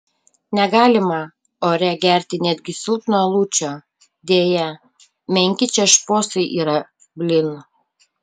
negalima ore gerti netgi silpno alučio deja menki čia šposai yra blyn